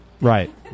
Right